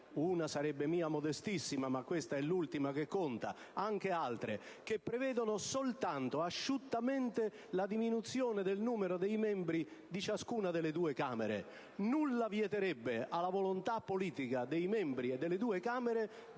(una sarebbe la mia modestissima, che è l'ultima che conta, ma ve ne sono anche altre) che prevedono, soltanto asciuttamente, la diminuzione del numero dei membri di ciascuna delle due Camere. Nulla vieterebbe alla volontà politica dei membri delle due Camere